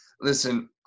Listen